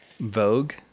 Vogue